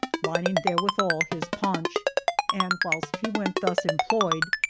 lining therewithall his paunch and whilst he went thus imployed,